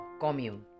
Commune